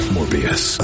Morbius